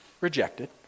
rejected